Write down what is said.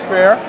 Fair